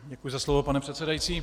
Děkuji za slovo, pane předsedající.